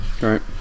right